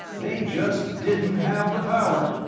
they just didn't have the power.